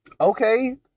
Okay